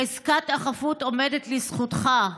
חזקת החפות עומדת לזכותך,